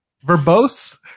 verbose